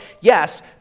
yes